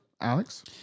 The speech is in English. Alex